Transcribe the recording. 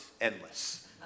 endless